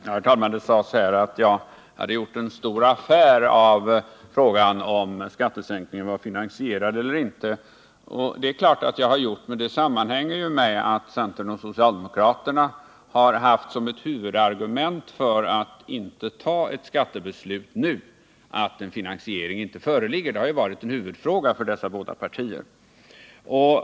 Herr talman! Det sades att jag hade gjort en stor affär av frågan om skattesänkningen var finansierad eller inte — och det är klart att jag har gjort dei. Det sammanhänger med att centerpartister och socialdemokrater som ett huvudargument för att nu inte fatta ett skattebeslut har haft att en finansiering inte föreligger. Det har varit en huvudfråga för dessa båda partier.